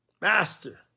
master